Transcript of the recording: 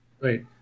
right